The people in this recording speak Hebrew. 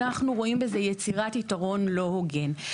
אנחנו רואים בזה יצירת יתרון לא הוגן.